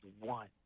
one